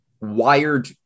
wired